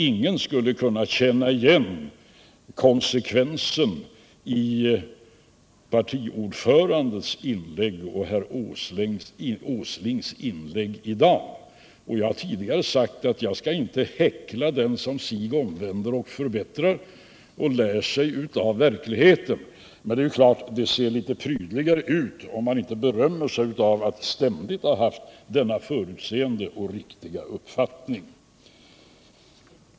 Ingen skulle kunna känna igen någon konsekvens mellan partiordförandens inlägg då och herr Åslings inlägg i dag. Jag har tidigare sagt att jag inte skall häckla den som sig omvänder och förbättrar och lär sig av verkligheten, men det ser ändå litet prydligare ut om man inte berömmer sig av att ständigt ha haft denna förutseende och riktiga uppfattning.